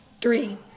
three